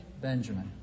Benjamin